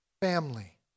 family